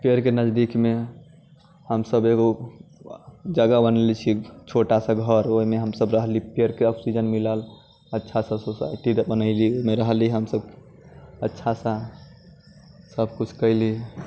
पेड़के नजदीकमे हमसब एगो जगह बनेले छियै छोटा सा घऽर ओइमे हमसब रहली पेड़के ऑक्सिजन मिलल अच्छा सब सोसाइटीके बनेली ओइमे रहली हमसब अच्छा सा सब कुछ कइली